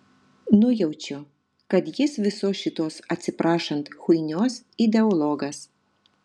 nujaučiu kad jis visos šitos atsiprašant chuinios ideologas